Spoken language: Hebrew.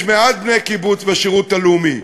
יש מעט בני קיבוץ בשירות הלאומי,